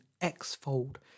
X-fold